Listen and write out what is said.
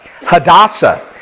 Hadassah